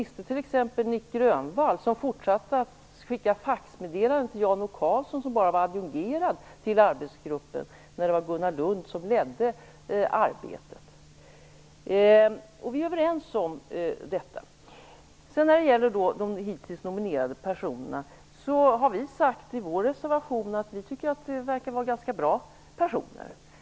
Visste t.ex. Nic Grönvall det, som fortsatte att skicka faxmeddelanden till Jan O. Karlsson som bara var adjungerad till arbetsgruppen medan Gunnar Lund ledde arbetet? Vi är överens om detta. När det gäller de hittills nominerade personerna har vi i vår reservation sagt att vi tycker att det verkar vara ganska bra personer.